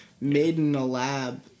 made-in-a-lab